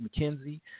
McKenzie